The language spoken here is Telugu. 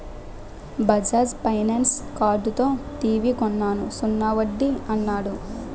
బజాజ్ ఫైనాన్స్ కార్డుతో టీవీ కొన్నాను సున్నా వడ్డీ యన్నాడు